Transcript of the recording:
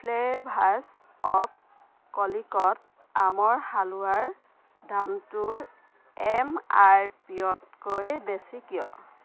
flavours of Calicut আমৰ হালোৱাৰ দামটো এম আৰ পিতকৈ বেছি কিয়